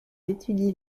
étudie